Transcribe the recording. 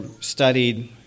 studied